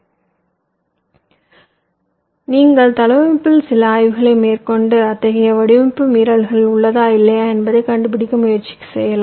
எனவே நீங்கள் தளவமைப்பில் சில ஆய்வுகளை மேற்கொண்டு அத்தகைய வடிவமைப்பு மீறல்கள் உள்ளதா இல்லையா என்பதைக் கண்டுபிடிக்க முயற்சி செய்யலாம்